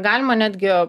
galima netgi jo